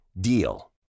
DEAL